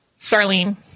Charlene